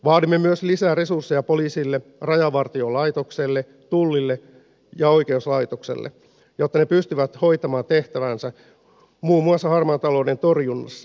vaadimme myös lisää resursseja poliisille rajavartiolaitokselle tullille ja oikeuslaitokselle jotta ne pystyvät hoitamaan tehtävänsä muun muassa harmaan talouden torjunnassa